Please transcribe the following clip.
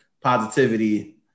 positivity